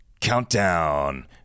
Countdown